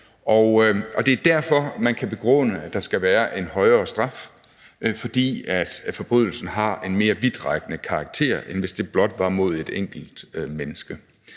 og det er derfor, at man kan begrunde, at der skal være en højere straf. Altså, forbrydelsen har en mere vidtrækkende karakter, end hvis det blot var mod et enkelt menneske.